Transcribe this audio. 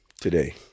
today